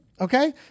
Okay